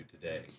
today